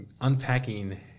unpacking